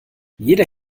jeder